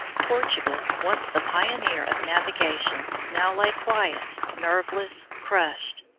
portugal, once the pioneer of navigation, now lay quiet, nerveless, crushed,